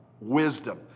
wisdom